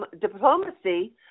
diplomacy